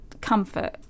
comfort